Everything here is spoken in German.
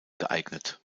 geeignet